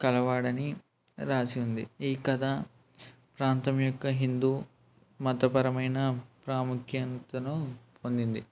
కలవాడని రాసుంది ఈ కథ ప్రాంతం యొక్క హిందూ మతపరమైన ప్రాముఖ్యతను పొందింది